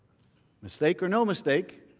mistake or no mistake,